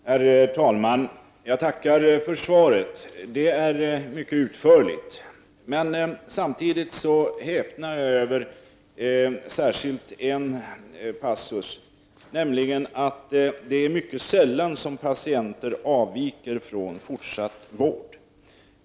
Herr talman! Jag tackar för svaret. Det är mycket utförligt. Samtidigt häpnar jag över särskilt en passus i det, nämligen den som handlar om att det skulle vara mycket sällan som patienter avviker från fortsatt vård.